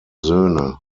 söhne